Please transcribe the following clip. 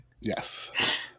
Yes